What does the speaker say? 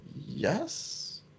yes